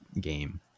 game